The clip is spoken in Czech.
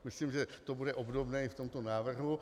Myslím, že to bude obdobné i v tomto návrhu.